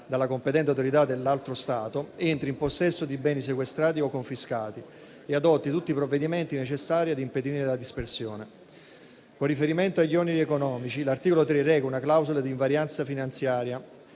dalla competente autorità dell'altro Stato, entri in possesso di beni sequestrati o confiscati e adotti tutti i provvedimenti necessari ad impedirne la dispersione. Con riferimento agli oneri economici, l'articolo 3 reca una clausola di invarianza finanziaria,